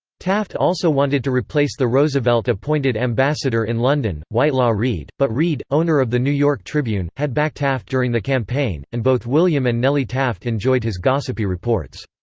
taft also wanted to replace the roosevelt-appointed ambassador in london, whitelaw reid, but reid, owner of the new-york tribune, had backed taft during the campaign, and both william and nellie taft enjoyed his gossipy reports.